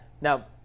now